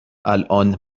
الآن